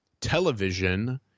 television